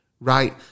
right